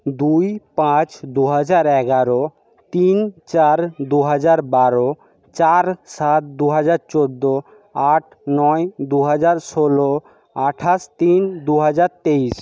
দুই পাঁচ দুহাজার এগারো তিন চার দুহাজার বারো চার সাত দুহাজার চোদ্দো আট নয় দুহাজার ষোলো আঠাশ তিন দুহাজার তেইশ